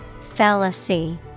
Fallacy